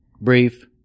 brief